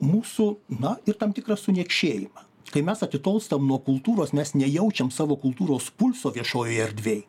mūsų na ir tam tikrą suniekšėjimą kai mes atitolstam nuo kultūros nes nejaučiam savo kultūros pulso viešojoj erdvėj